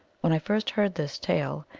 when i first heard this tale,